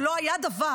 שלא היה דבר,